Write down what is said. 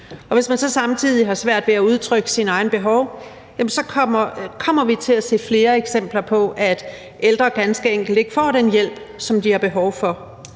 Og hvis man så samtidig har svært ved at udtrykke sine egne behov, så kommer vi til at se flere eksempler på, at ældre ganske enkelt ikke får den hjælp, som de har behov for.